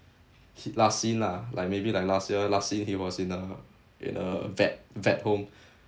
he last seen lah like maybe like last year last seen he was in a in a vet vet home